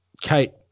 Kate